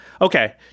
Okay